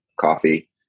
coffee